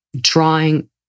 drawing